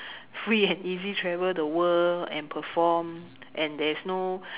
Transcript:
free and easy travel the world and perform and there is no